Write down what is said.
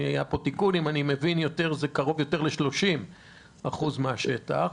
היה כאן תיקון ואם אני מבין זה קרוב יותר ל-30 אחוזים מהשטח,